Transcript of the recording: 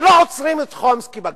שלא עוצרים את חומסקי בגבול.